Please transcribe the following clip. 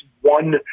one